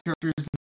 characters